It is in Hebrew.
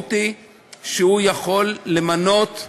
והמשמעות היא שהוא יכול למנות,